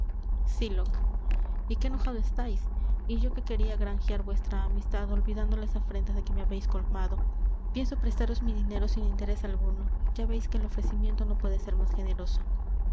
y qué enojado estais y yo que queria granjear vuestra amistad olvidando las afrentas de que me habeis colmado pienso prestaros mi dinero sin interes alguno ya veis que el ofrecimiento no puede ser más generoso